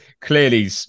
clearly